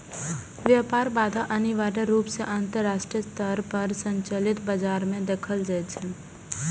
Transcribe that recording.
व्यापार बाधा अनिवार्य रूप सं अंतरराष्ट्रीय स्तर पर संचालित बाजार मे देखल जाइ छै